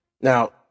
Now